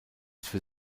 für